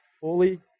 fully